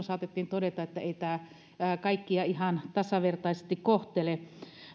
saatettiin todeta ettei tämä kaikkia ihan tasavertaisesti kohtele